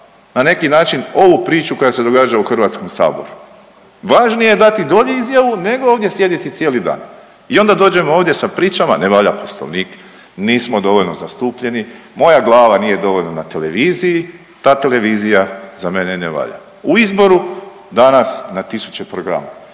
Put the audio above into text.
na neki način ovu priču koja se događa u HS-u. Važnije je dati dolje izjavi nego ovdje sjediti cijeli dan i onda dođemo ovdje sa pričama ne valja poslovnik nismo dovoljno zastupljeni, moja glava nije dovoljno na televiziji, ta televizija za mene ne valja. U izboru danas na tisuće programa,